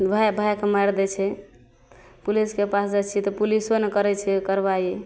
भाइ भाइके मारि दै छै पुलिसके पास जाइ छिए तऽ पुलिसो नहि करै छै कार्रवाइ